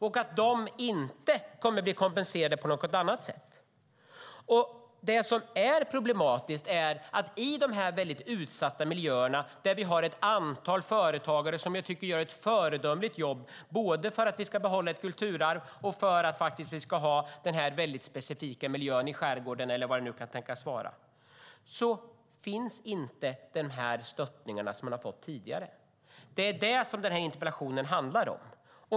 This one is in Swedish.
De kommer inte att bli kompenserade på något annat sätt. Det problematiska är att i de utsatta miljöerna med ett antal företagare som gör ett föredömligt jobb för att behålla ett kulturarv och för den specifika miljön i skärgården finns inte den stöttning man har fått tidigare. Det är vad interpellationen handlar om.